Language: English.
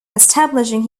establishing